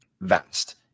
vast